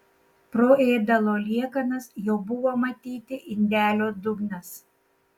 pro ėdalo liekanas jau buvo matyti indelio dugnas